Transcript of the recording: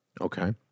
Okay